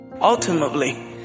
Ultimately